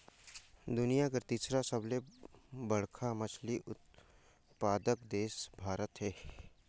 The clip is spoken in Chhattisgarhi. दुनिया कर तीसर सबले बड़खा मछली उत्पादक देश भारत हे